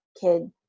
kid